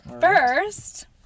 first